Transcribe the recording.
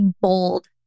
bold